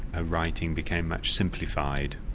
ah writing became much simplified.